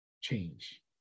change